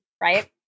Right